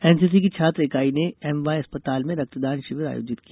NCC की छात्र इकाई ने एमवाय अस्पताल में रक्तदान शिविर आयोजित किया